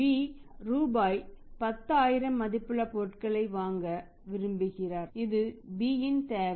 B ரூபாய் 10000 மதிப்புள்ள பொருட்களை வாங்க விரும்புகிறார் இது B இன் தேவை